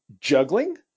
juggling